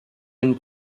une